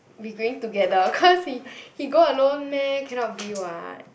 we going together cause he he go alone meh cannot be [what]